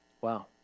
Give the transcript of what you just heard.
Wow